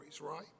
right